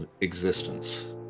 existence